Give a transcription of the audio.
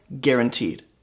guaranteed